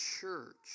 church